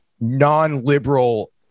non-liberal